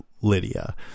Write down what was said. Lydia